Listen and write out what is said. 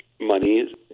money